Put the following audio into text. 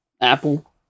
Apple